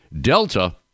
Delta